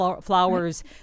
flowers